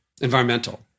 environmental